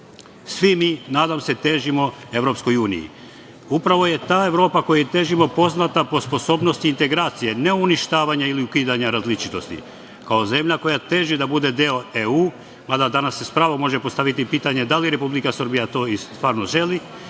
mi, nadam se, težimo EU. Upravo je ta Evropa kojoj težimo poznata po sposobnosti integracije, neuništavanja i ukidanja različitosti. Kao zemlja koja teži da bude deo EU, mada danas se sa pravom može postaviti pitanje da li Republika Srbija to stvarno i želi,